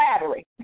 flattery